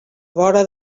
vora